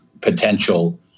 potential